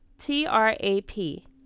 T-R-A-P